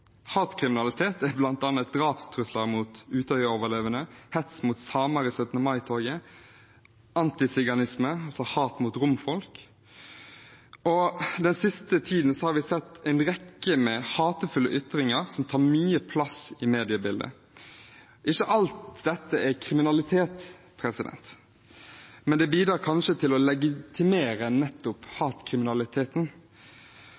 Hatkriminalitet er bl.a. drapstrusler mot Utøya-overlevende, hets mot samer i 17. mai-toget og antisiganisme – hat mot romfolk. Den siste tiden har vi sett en rekke hatefulle ytringer som tar mye plass i mediebildet. Ikke alt dette er kriminalitet, men det bidrar kanskje til å legitimere nettopp